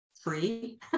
free